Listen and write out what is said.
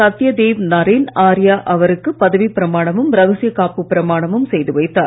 சத்யதேவ் நரேன் ஆர்யா அவருக்கு பதவிப் பிரமாணமும் ரகசியகாப்புப் பிரமாணமும் செய்து வைத்தார்